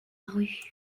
rue